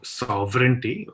sovereignty